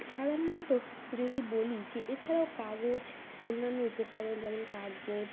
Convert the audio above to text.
সাধারণত যদি বলি যে এছাড়াও কাগজ অন্যান্য উপকরণ যেমন কার্ডবোর্ড